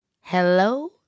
Hello